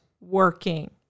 working